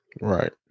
Right